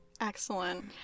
Excellent